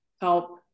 help